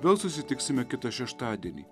vėl susitiksime kitą šeštadienį